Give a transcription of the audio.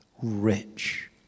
rich